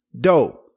dope